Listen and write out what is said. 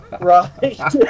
Right